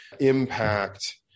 impact